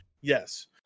Yes